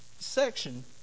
Section